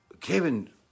Kevin